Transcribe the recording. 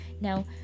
Now